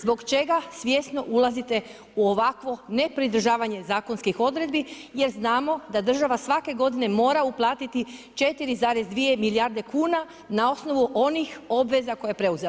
Zbog čega svjesno ulazite u ovakvo ne pridržavanje zakonskih odredbi jer znamo da država svake godine mora uplatiti 4,2 milijarde kuna na osnovu onih obveza koje je preuzela.